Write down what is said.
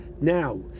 Now